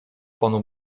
panu